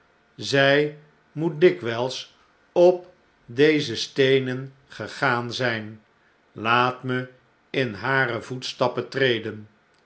zij moet dikwtjls op deze steenen gegaan zp laat me in hare voetstappen treden